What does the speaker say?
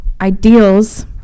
Ideals